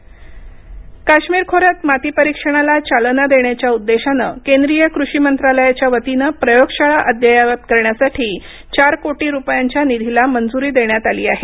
काश्मिर माती परिक्षण काश्मिर खोऱ्यांत मातीपरिक्षणाला चालना देण्याच्या उद्देशानं केंद्रिय कृषी मंत्रालयाच्या वतीनं प्रयोगशाळा अद्ययावत करण्यासाठी चार कोटी रुपयांच्या निधीला मंजुरी देण्यात आली आहे